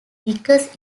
biggest